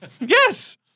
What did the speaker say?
Yes